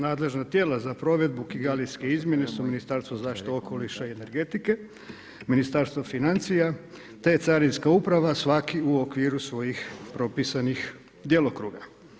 Nadležna tijela za provedbu Kigalijske izmjene su Ministarstvo zaštite okoliša i energetike, Ministarstvo financija te carinska uprava svaki u okviru svojih propisanih djelokruga.